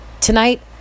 Tonight